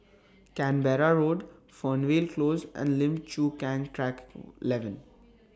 Canberra Road Fernvale Close and Lim Chu Kang Track eleven